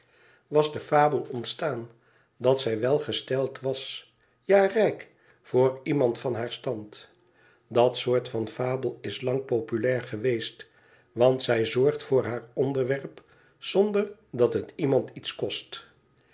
was de fabel ontstaan dat zij welgesteld was ja rijk voor iemand van haar stand dat soort van fabel is lang populair geweest want zij zorgt voor haar onderwerp zonder dat het iemand iets kost